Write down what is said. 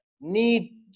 need